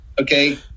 Okay